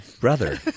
brother